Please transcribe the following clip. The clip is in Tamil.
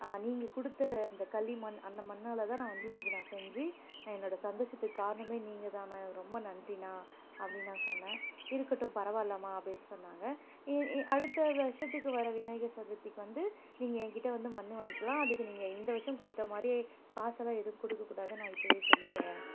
நீங்கள் கொடுத்த இந்த களிமண் அந்த மண்ணால்தான் நான் வந்து இன்றைக்கு செஞ்சு என்னோடய சந்தோஷத்துக்கு காரணமே நீங்கள்தாண்ணா ரொம்ப நன்றியண்ணா அப்படின்னு நான் சொன்னேன் இருக்கட்டும் பரவாயில்லைம்மா அப்படின்னு சொன்னாங்க அடுத்த வருஷத்துக்கு வர விநாயகர் சதுர்த்திக்கு வந்து நீங்கள் என்கிட்ட வந்து மண் வாங்கிக்கலாம் அதுக்கு நீங்கள் இந்த வருஷம் கொடுத்த மாதிரியே காசெல்லாம் எதுவும் கொடுக்கக்கூடாது நான் இப்போவே சொல்லிவிட்டேன்